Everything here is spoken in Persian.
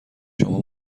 شما